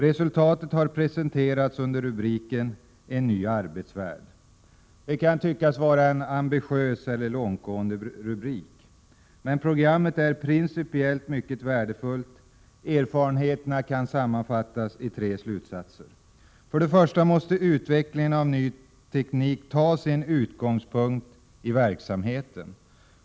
Resultatet har presenterats under rubriken En ny arbetsvärld. Det kan tyckas vara en ambitiös eller långtgående rubrik. Programmet är emellertid principiellt mycket värdefullt. Erfarenheterna kan sammanfattas i tre punkter. För det första måste utvecklingen av ny teknik ta sin utgångspunkt i verksamheten.